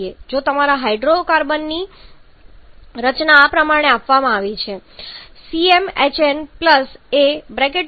જો તમારા હાઇડ્રોકાર્બનની રચના આ પ્રમાણે આપવામાં આવી છે CmHn a O2 3